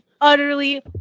utterly